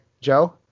Joe